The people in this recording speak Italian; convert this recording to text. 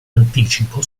anticipo